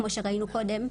כמו שראינו קודם,